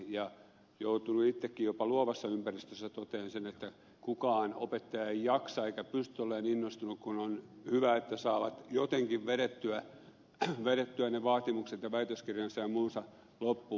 olen joutunut itsekin jopa luovassa ympäristössä toteamaan sen että kukaan opettaja ei jaksa eikä pysty olemaan innostunut kun on hyvä että saavat jotenkin vedettyä ne vaatimukset ja väitöskirjansa ja muut loppuun